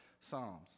Psalms